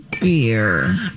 beer